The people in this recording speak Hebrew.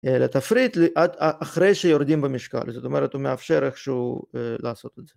לתפריט עד האחרי שיורדים במשקל. זאת אומרת הוא מאפשר איכשהו לעשות את זה.